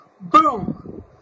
Boom